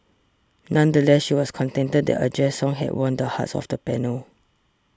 nonetheless she was contented that a Jazz song had won the hearts of the panel